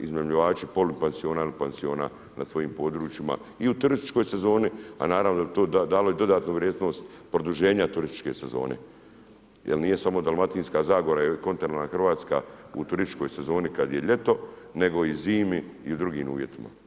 iznajmljivači polupansiona ili pansiona u svojim područjima i u turističkoj sezoni, a naravno da bi to dalo dodatnu vrijednost produženja turističke sezone jer nije samo dalmatinska zagora i kontinentalna Hrvatska u turističkoj sezoni kad je ljeto, nego i zimi i drugim uvjetima.